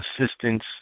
assistance